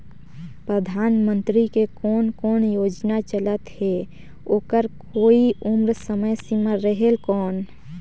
परधानमंतरी के कोन कोन योजना चलत हे ओकर कोई उम्र समय सीमा रेहेल कौन?